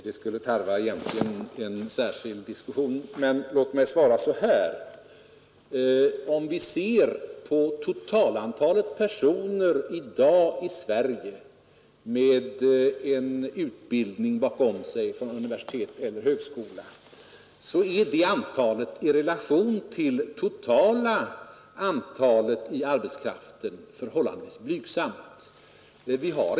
Den frågan tarvar egentligen en särskild diskussion, men låt mig svara så här: Totala antalet personer i dag i Sverige med utbildning från universitet eller högskola är i relation till totala antalet i arbetslivet förhållandevis blygsamt.